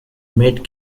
mid